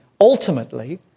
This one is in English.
ultimately